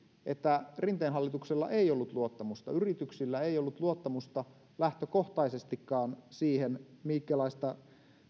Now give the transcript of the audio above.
että rinteen hallituksella ei ollut luottamusta yrityksillä ei ollut luottamusta lähtökohtaisestikaan siihen minkälaista